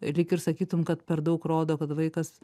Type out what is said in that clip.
lyg ir sakytum kad per daug rodo kad vaikas